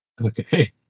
Okay